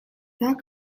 так